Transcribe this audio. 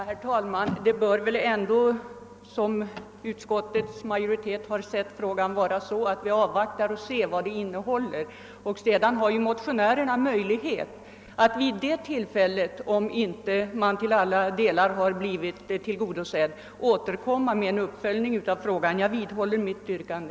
Herr talman! Det bör väl ändå, som utskottets majoritet har sett frågan, vara lämpligt att vi avvaktar vad förslaget innehåller. Sedan har ju motionärerna möjlighet att vi det tillfället, om de inte har blivit tillgodosedda i alla delar, återkomma med en uppföljning av frågan. Jag vidhåller mitt yrkande.